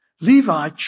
Levi